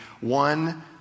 one